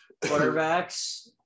quarterbacks